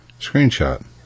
Screenshot